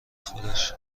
خودش